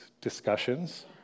discussions